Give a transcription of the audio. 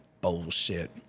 bullshit